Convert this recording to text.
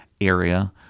area